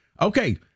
okay